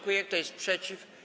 Kto jest przeciw?